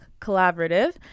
Collaborative